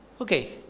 Okay